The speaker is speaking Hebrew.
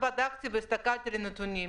הסתכלתי ובדקתי את הנתונים.